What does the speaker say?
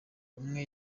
umwe